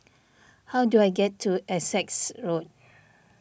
how do I get to Essex Road